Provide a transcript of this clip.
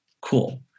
Cool